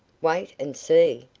wait and see?